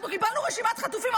אנחנו קיבלנו רשימת חטופים?